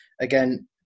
again